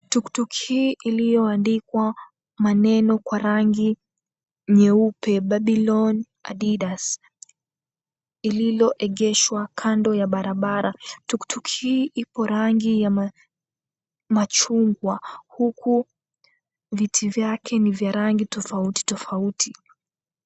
Tuktuk hii iliyoandikwa maneno kwa rangi nyeupe, Babylon Addidas, lilioegeshwa kando ya barabara. Tuktuk hii iko rangi ya machungwa huku viti vyake ni vya rangi tofauti tofauti.